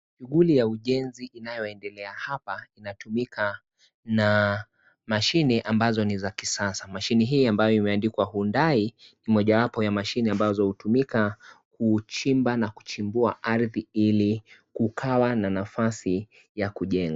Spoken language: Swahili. Shughuli ya ujenzi inayoendele hapa inatumika na mashine ambazo ni za kisasa ,mashine hii amabyo imeandikwa HYUNDAI ni mojawapo ya mashine amabyo hutumika kuchimba na kuchibua ardhi hili kukawa na nafasi ya kujenga .